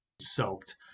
soaked